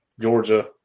Georgia